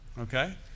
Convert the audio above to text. okay